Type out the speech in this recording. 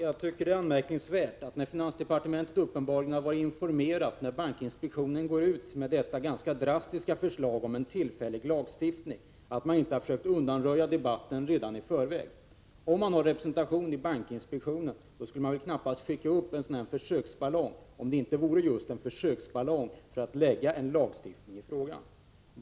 Herr talman! Det är anmärkningsvärt att finansdepartementet, när det uppenbarligen har varit informerat om att bankinspektionen ämnade gå ut med detta drastiska förslag om en tillfällig lagstiftning, inte försökte sätta stopp för den debatten redan i förväg. Eftersom man har representation i bankinspektionen skulle man väl inte gå med på att en sådan här försöksballong skickades upp, om det inte vore just en försöksballong för att få till stånd en lagstiftning i frågan.